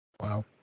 Wow